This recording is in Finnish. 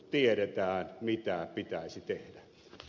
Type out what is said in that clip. tiedetään mitä pitäisi tehdä